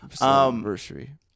anniversary